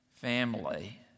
family